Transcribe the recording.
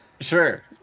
Sure